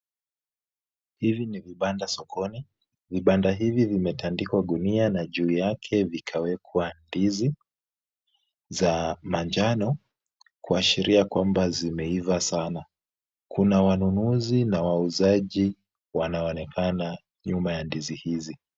Hivi ni vibanda sokoni. Vibanda hivi vimetandikwa gunia na juu yake vikawekwa ndizi za manjano, kuashiria kwamba zimeiva sana. Kuna wanunuzi na wauzaji wanaonekana nyuma ya ndizi hizi.